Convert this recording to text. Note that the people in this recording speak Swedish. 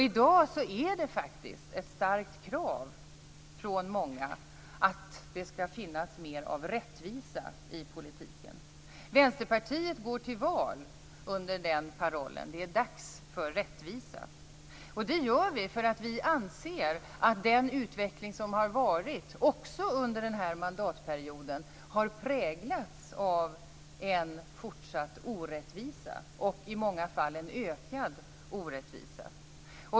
I dag är det faktiskt ett starkt krav från många att det skall finnas mer av rättvisa i politiken. Vänsterpartiet går till val under den parollen: Det är dags för rättvisa. Det gör vi därför att vi anser att den utveckling som har varit också under den här mandatperioden har präglats av en fortsatt orättvisa och i många fall en ökad orättvisa.